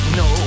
no